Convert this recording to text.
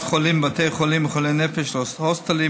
חולים מבתי חולים לחולי נפש להוסטלים.